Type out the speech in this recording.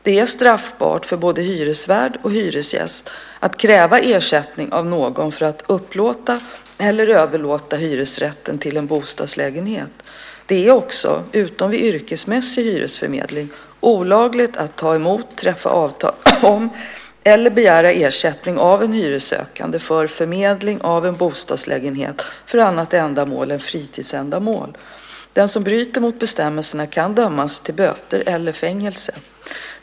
Det är straffbart för både hyresvärd och hyresgäst att kräva ersättning av någon för att upplåta eller överlåta hyresrätten till en bostadslägenhet. Det är också, utom vid yrkesmässig hyresförmedling, olagligt att ta emot, träffa avtal om eller begära ersättning av en hyressökande för förmedling av en bostadslägenhet för annat ändamål än fritidsändamål. Den som bryter mot bestämmelserna kan dömas till böter eller fängelse.